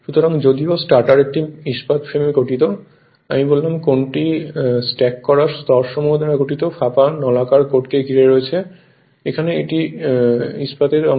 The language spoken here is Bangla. সুতরাং যদিও স্টার্টার একটি ইস্পাত ফ্রেম গঠিত আমি বললাম কোনটি স্ট্যাক করা স্তরসমূহ দ্বারা গঠিত ফাঁপা নলাকার কোডকে ঘিরে রেখেছে এখানে এটি এখানে এবং এটি ইস্পাতের অংশ